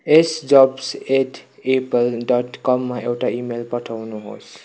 S jobs at Apple dot कममा एउटा email पठाउनु होस्